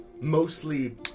mostly